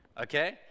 okay